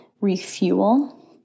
refuel